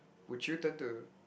would you turn to